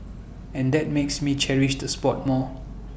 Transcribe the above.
and that makes me cherish the spot more